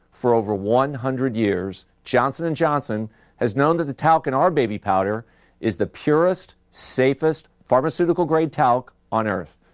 for over one hundred years, johnson and johnson has known that the talc in our baby powder is the purest, safest pharmaceutical grade talc on earth.